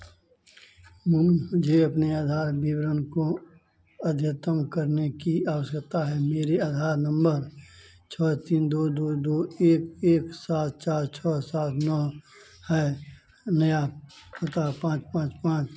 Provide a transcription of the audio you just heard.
मुझे अपने आधार विवरण को अद्यतन करने की आवश्यकता है मेरा आधार नंबर छः तीन दो दो दो एक एक सात चार छः सात नौ है नया पता पाँच पाँच पाँच